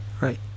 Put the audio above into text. right